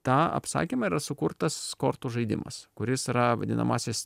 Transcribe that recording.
tą apsakymą yra sukurtas kortų žaidimas kuris yra vadinamasis